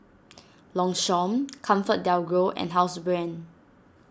Longchamp ComfortDelGro and Housebrand